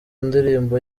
ndirimbo